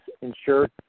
ensure